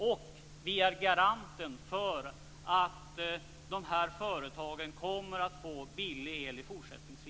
Vi är garanten för att företagen kommer att få billig energi också i fortsättningen.